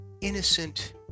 innocent